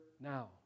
now